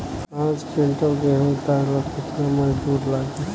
पांच किविंटल गेहूं उतारे ला केतना मजदूर लागी?